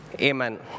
amen